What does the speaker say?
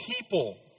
people